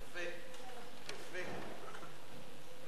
תודה לכבוד היושב-ראש.